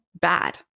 bad